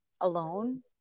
alone